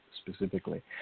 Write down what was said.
Specifically